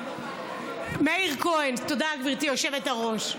מאיר כהן, תודה, גברתי היושבת-ראש.